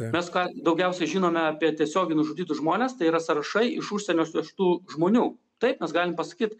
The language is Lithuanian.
mes ką daugiausia žinome apie tiesiogiai nužudytus žmones tai yra sąrašai iš užsienio iš tų žmonių taip mes galim pasakyt